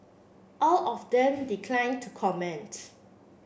all of them declined to comment